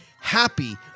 happy